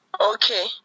Okay